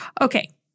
Okay